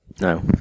No